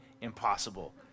impossible